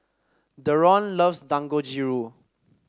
Deron loves Dangojiru